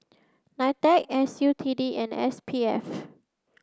Ni Tec S U T D and S P F